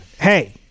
hey